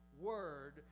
word